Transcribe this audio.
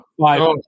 five